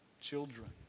children